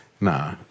Nah